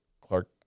Clark